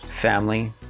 family